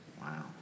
Wow